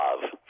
love